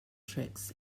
tricks